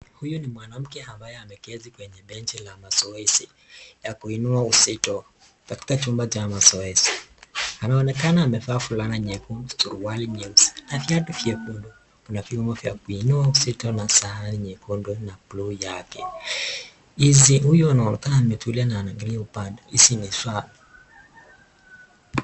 Huyu ni mwanamke ambaye ameketi kwenye benchi la mazoezi ya kuinua uzito katika chumba cha mazoezi. Anaonekana amevaa fulana nyekundu suruali nyeusi na viatu nyekundu. Kuna vyuma vya kuinua uzito na sahani nyekundu na blue) yake izii huyu anaonekana ametulia na anaangalia upande hizi ni trap